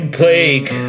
plague